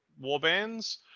warbands